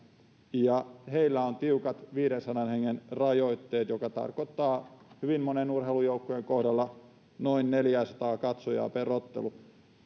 ja heillä on tiukat viidensadan hengen rajoitteet mikä tarkoittaa hyvin monen urheilujoukkueen kohdalla noin neljääsataa katsojaa per ottelu